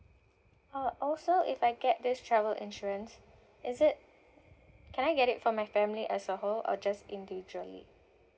oh also if I get this travel insurance is it can I get it for my family as a whole or just individually